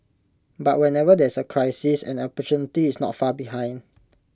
but whenever there is the crisis an opportunity is not far behind